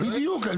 בדיוק.